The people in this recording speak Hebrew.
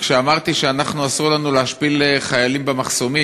כשאמרתי שאנחנו, אסור לנו להשפיל במחסומים,